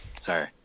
Sorry